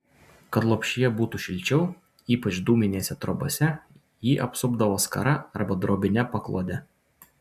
kad lopšyje būtų šilčiau ypač dūminėse trobose jį apsupdavo skara arba drobine paklode